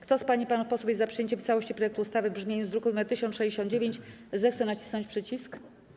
Kto z pań i panów posłów jest za przyjęciem w całości projektu ustawy w brzmieniu z druku nr 1069, zechce nacisnąć przycisk.